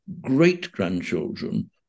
great-grandchildren